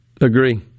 Agree